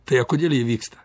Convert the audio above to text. tai o kodėl jie vyksta